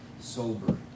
sober